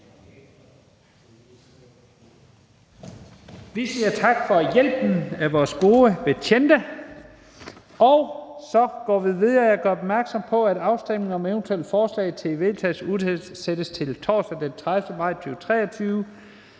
Vi siger tak for hjælpen til vores gode betjente, og så går vi videre. Jeg gør opmærksom på, at afstemning om eventuelle forslag til vedtagelse udsættes til torsdag den 30. maj 2023.